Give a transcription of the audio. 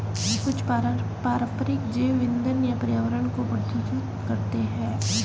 कुछ पारंपरिक जैव ईंधन पर्यावरण को प्रदूषित करते हैं